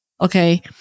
okay